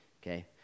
Okay